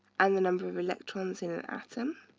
and the number of electrons in an atom.